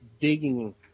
digging